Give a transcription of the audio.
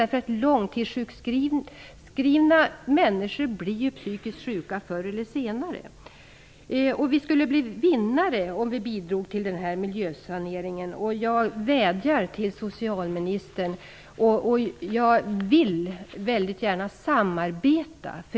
Långtidssjukskrivna människor blir psykiskt sjuka förr eller senare. Vi skulle bli vinnare om vi bidrog till en sådan miljösanering. Jag vädjar till socialministern om detta, och jag vill väldigt gärna samarbeta.